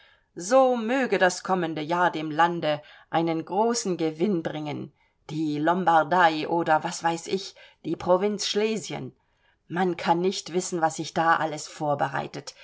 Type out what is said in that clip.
so möge das kommende jahr dem lande einen großen gewinn bringen die lombardei oder was weiß ich die provinz schlesien man kann nicht wissen was sich da alles vorbereitet